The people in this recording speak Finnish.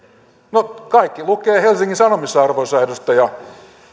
no kaikki lukee helsingin sanomissa arvoisa edustaja